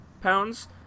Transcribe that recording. pounds